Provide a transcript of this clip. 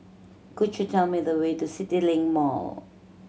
could you tell me the way to CityLink Mall